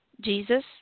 Jesus